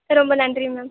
ரொம்ப நன்றி மேம்